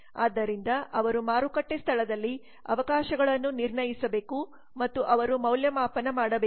ಆದ್ದರಿಂದ ಅವರು ಮಾರುಕಟ್ಟೆ ಸ್ಥಳದಲ್ಲಿ ಅವಕಾಶಗಳನ್ನು ನಿರ್ಣಯಿಸಬೇಕು ಮತ್ತು ಅವರು ಮೌಲ್ಯಮಾಪನ ಮಾಡಬೇಕು